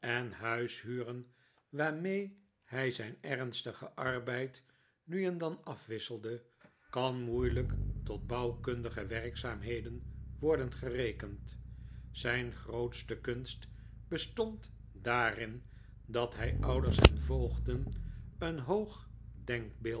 en huishuren waarmee hij zijn ernstigen arbeid nu en dan afwisselde kan moeilijk tot bouwkundige werkzaamheden worden gerekend zijn grootste kunst bestond daarin dat hij ouders en voogden een hoog denkbeeld